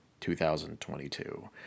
2022